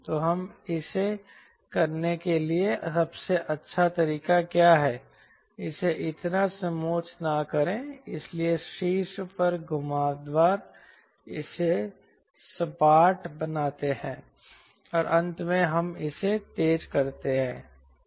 तो हम इसे करने के लिए सबसे अच्छा तरीका क्या है इसे इतना समोच्च न करें इसलिए शीर्ष पर घुमावदार इसे सपाट बनाते हैं और अंत में हम इसे तेज करते हैं